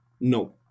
No